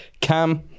Cam